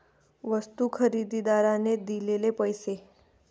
वस्तू खरेदीदाराने दिलेले पैसे